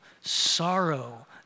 sorrow